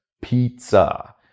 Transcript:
pizza